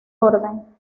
orden